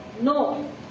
No